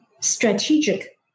strategic